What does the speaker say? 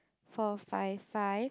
four five five